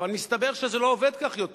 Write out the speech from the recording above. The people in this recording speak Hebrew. אבל מסתבר שזה לא עובד כך יותר,